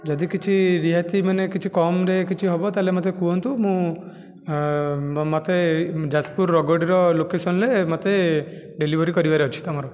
ଯଦି କିଛି ରିହାତି ମାନେ କିଛି କମ୍ରେ କିଛି ହେବ ତା'ହେଲେ ମୋତେ କୁହନ୍ତୁ ମୁଁ ମୋତେ ଯାଜପୁର ରଗଡ଼ିର ଲୋକେସନରେ ମୋତେ ଡେଲିଭରି କରିବାର ଅଛି ତୁମର